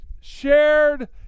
shared